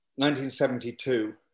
1972